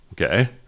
Okay